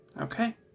Okay